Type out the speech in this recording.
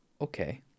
okay